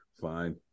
Fine